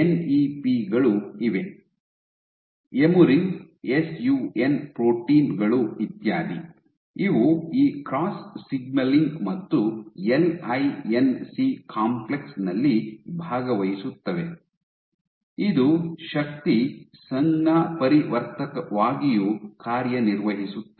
NEP ಗಳು ಇವೆ emerin SUN protein ಗಳು ಇತ್ಯಾದಿ ಇವು ಈ ಕ್ರಾಸ್ ಸಿಗ್ನಲಿಂಗ್ ಮತ್ತು ಎಲ್ಐಎನ್ಸಿ ಕಾಂಪ್ಲೆಕ್ಸ್ ನಲ್ಲಿ ಭಾಗವಹಿಸುತ್ತವೆ ಇದು ಶಕ್ತಿ ಸಂಜ್ಞಾಪರಿವರ್ತಕವಾಗಿಯೂ ಕಾರ್ಯನಿರ್ವಹಿಸುತ್ತದೆ